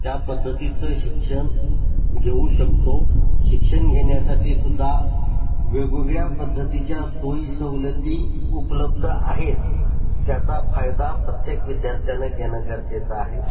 त्या पद्धतीचं शिक्षण घेऊ शकतो शिक्षण घेण्यासाठीसुद्धा वेगवेगळ्या पद्धतीच्या सोयीसवलती उपलब्ध आहेत त्याचा फायदा प्रत्येक विद्यार्थ्यांनं घेणं गरजेचं आहे